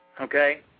Okay